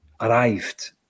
arrived